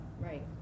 Right